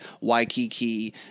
Waikiki